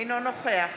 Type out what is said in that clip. אינו נוכח